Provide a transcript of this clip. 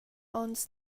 onns